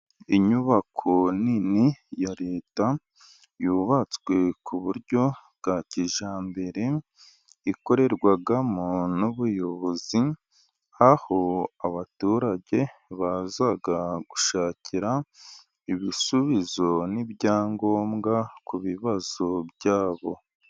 Inyubako nini ya leta yubatswe ku buryo bwa kijyambere, ikorerwamo n'ubuyobozi, aho abaturage baza gushakira ibisubizo n'ibyangombwa ku bibazo byabo.